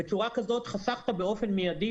בצורה כזאת חסכת באופן מיידי,